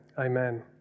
amen